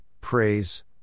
Praise